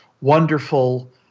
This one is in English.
wonderful